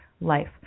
life